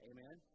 Amen